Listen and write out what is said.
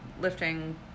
lifting